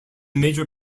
major